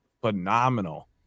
phenomenal